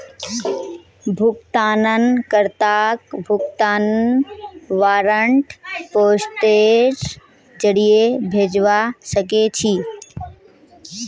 भुगतान कर्ताक भुगतान वारन्ट पोस्टेर जरीये भेजवा सके छी